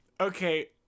Okay